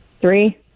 Three